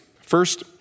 First